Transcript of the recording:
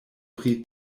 pri